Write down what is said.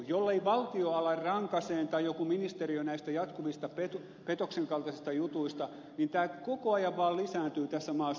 jollei valtio tai jokin ministeriö ala rangaista näistä jatkuvista petoksen kaltaisista jutuista niin tämä koko ajan vaan lisääntyy tässä maassa